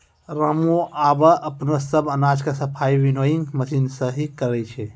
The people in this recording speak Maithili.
रामू आबॅ अपनो सब अनाज के सफाई विनोइंग मशीन सॅ हीं करै छै